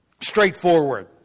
straightforward